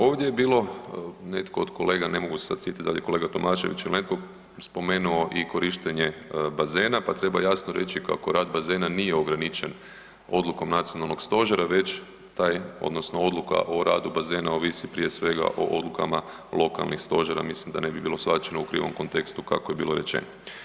Ovdje je bilo netko od kolega, ne mogu se sad sjetiti da li je kolega Tomašević ili netko spomenuo i korištenje bazena pa treba jasno reći kako rad bazena nije ograničen odlukom Nacionalnog stožera već taj, odnosno odluka o radu bazena ovisi prije svega o odlukama lokalnih stožera, mislim da ne bi bilo shvaćeno u krivom kontekstu kako je bilo rečeno.